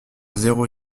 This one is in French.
zéro